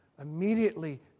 immediately